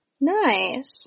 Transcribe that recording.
nice